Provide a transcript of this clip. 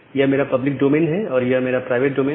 यह मेरा public domain है और यह मेरा प्राइवेट डोमेन